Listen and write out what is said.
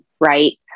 right